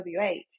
w8